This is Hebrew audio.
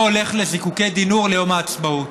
לא הולך לזיקוקין די-נור ליום העצמאות.